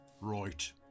right